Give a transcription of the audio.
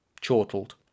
chortled